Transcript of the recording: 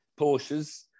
Porsches